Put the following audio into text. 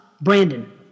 Brandon